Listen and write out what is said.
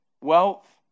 wealth